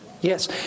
yes